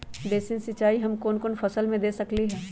Basin सिंचाई हम कौन कौन फसल में दे सकली हां?